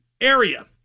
area